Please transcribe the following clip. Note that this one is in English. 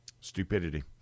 stupidity